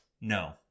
No